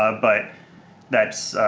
ah but that's,